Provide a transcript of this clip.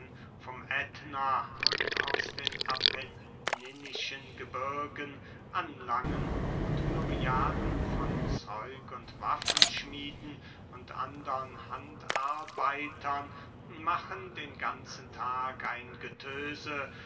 vom ätna und aus den apenninischen gebirgen anlangen und myriaden von zeug und waffenschmieden und andern handarbeitern machen den ganzen tag ein getöse